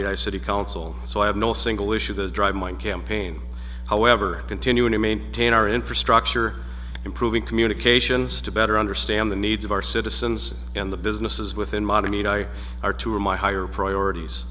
i city council so i have no single issue those drive my kids pain however continuing to maintain our infrastructure improving communications to better understand the needs of our citizens and the businesses within modern need i are two of my higher priorities